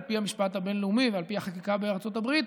על פי המשפט הבין-לאומי ועל פי החקיקה בארצות הברית,